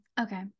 Okay